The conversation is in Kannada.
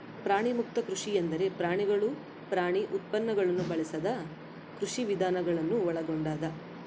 ಪ್ರಾಣಿಮುಕ್ತ ಕೃಷಿ ಎಂದರೆ ಪ್ರಾಣಿಗಳು ಪ್ರಾಣಿ ಉತ್ಪನ್ನಗುಳ್ನ ಬಳಸದ ಕೃಷಿವಿಧಾನ ಗಳನ್ನು ಒಳಗೊಂಡದ